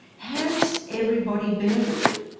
has everybody benefited?